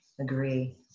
Agree